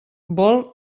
vol